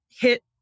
hit